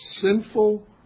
sinful